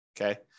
Okay